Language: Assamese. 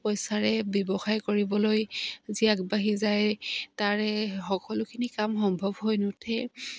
পইচাৰে ব্যৱসায় কৰিবলৈ যি আগবাঢ়ি যায় তাৰে সকলোখিনি কাম সম্ভৱ হৈ নুঠে